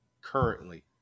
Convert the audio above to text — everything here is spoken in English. currently